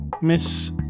Miss